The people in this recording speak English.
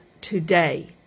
today